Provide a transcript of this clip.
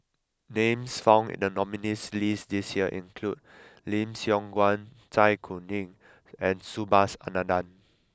names found in the nominees' list this year include Lim Siong Guan Zai Kuning and Subhas Anandan